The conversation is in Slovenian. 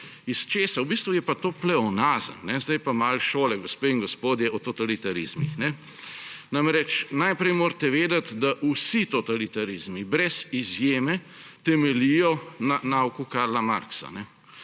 obstoju. V bistvu je pa to pleonazam. Sedaj pa malo šole, gospe in gospodje, o totalitarizmih. Namreč, najprej morate vedeti, da vsi totalitarizmi, brez izjeme, temeljijo na nauku Karla Marxa.